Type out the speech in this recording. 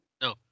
No